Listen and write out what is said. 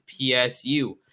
PSU